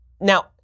Now